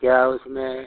क्या उसमें